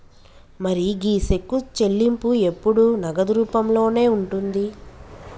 మరి గీ సెక్కు చెల్లింపు ఎప్పుడు నగదు రూపంలోనే ఉంటుంది